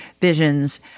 visions